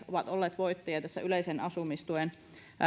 ovat olleet voittajia tässä yleisen asumistuen